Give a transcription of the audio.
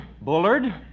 Bullard